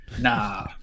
nah